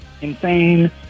insane